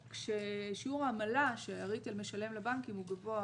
שיעור העמלה שהריטל משלם לבנקים הוא גבוה,